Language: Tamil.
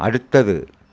அடுத்தது